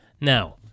Now